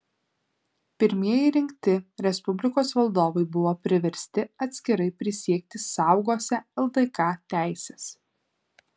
pirmieji rinkti respublikos valdovai buvo priversti atskirai prisiekti saugosią ldk teises